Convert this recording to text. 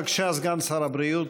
בבקשה, סגן שר הבריאות.